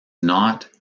not